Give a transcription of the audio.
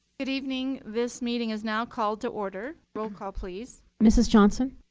good evening. this meeting is now called to order. roll call, please. mrs. johnson.